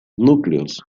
núcleos